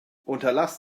unterlass